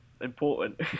important